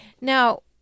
Now